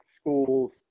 schools